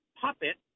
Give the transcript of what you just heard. puppet